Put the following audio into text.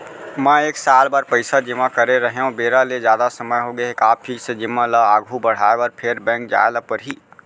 मैं एक साल बर पइसा जेमा करे रहेंव, बेरा ले जादा समय होगे हे का फिक्स जेमा ल आगू बढ़ाये बर फेर बैंक जाय ल परहि?